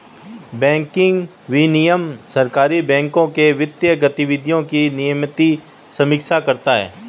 banking विनियमन सहकारी बैंकों के वित्तीय गतिविधियों की नियमित समीक्षा करता है